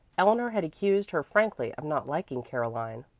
eleanor had accused her frankly of not liking caroline.